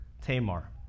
tamar